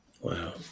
Wow